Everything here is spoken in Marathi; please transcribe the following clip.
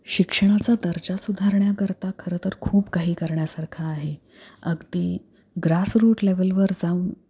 शिक्षणाचा दर्जा सुधारण्याकरता खरंतर खूप काही करण्यासारखं आहे अगदी ग्रासरूट लेवलवर जाऊन